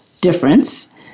difference